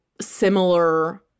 similar